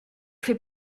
fais